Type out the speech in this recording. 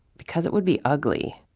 because it would be ugly.